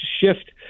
shift